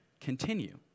continue